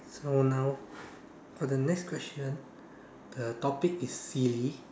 so now for the next question the topic is silly